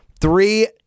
Three